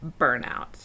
burnout